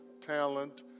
talent